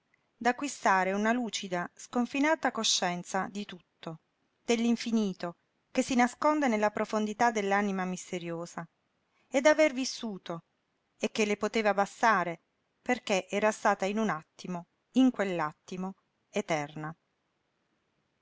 l'eternità d'acquistare una lucida sconfinata coscienza di tutto dell'infinito che si nasconde nella profondità dell'anima misteriosa e d'aver vissuto e che le poteva bastare perché era stata in un attimo in quell'attimo eterna